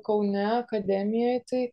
kaune akademijoj tai